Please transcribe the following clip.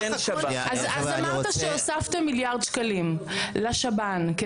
אז אמרת שהוספתם מיליארד שקלים לשב"ן,